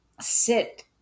sit